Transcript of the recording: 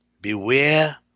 Beware